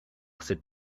cet